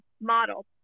model